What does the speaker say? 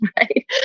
Right